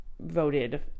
voted